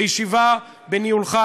בישיבה בניהולך,